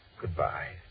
Goodbye